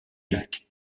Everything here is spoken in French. lac